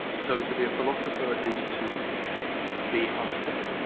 so to be a philosopher is to be half-dead.